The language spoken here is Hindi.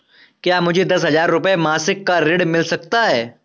क्या मुझे दस हजार रुपये मासिक का ऋण मिल सकता है?